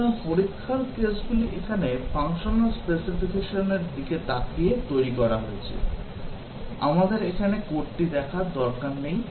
সুতরাং পরীক্ষার কেসগুলি এখানে ফাংশনাল স্পেসিফিকেশনের দিকে তাকিয়ে তৈরি করা হয়েছে আমাদের এখানে কোডটি দেখার দরকার নেই